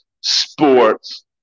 sports